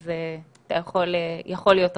אז אתה יכול להיות רגוע.